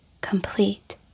complete